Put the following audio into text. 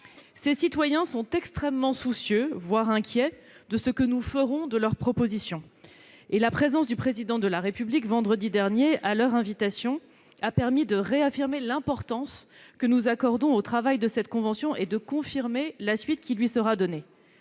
Ces citoyens sont extrêmement soucieux, voire inquiets, de ce que nous ferons de leurs propositions. À cet égard, leur rencontre avec le Président de la République, qui a répondu à leur invitation, a permis de réaffirmer l'importance que nous accordons au travail de cette convention et de confirmer la suite qui lui sera donnée.